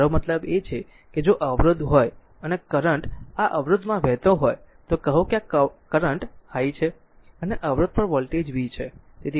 મારો મતલબ છે કે જો અવરોધ હોય અને કરંટ આ અવરોધ માં વહેતો હોય તો કહો કે આ કરંટ i છે અને અવરોધ પર વોલ્ટેજ v છે